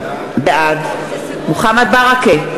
בעד מוחמד ברכה,